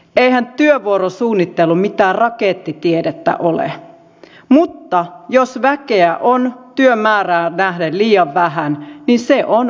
eihän työvuorosuunnittelu mitään rakettitiedettä ole mutta jos väkeä on työn määrään nähden liian vähän niin se on ongelma